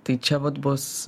tai čia vat bus